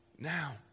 now